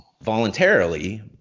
voluntarily